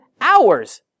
hours